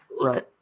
Right